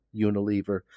Unilever